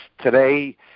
Today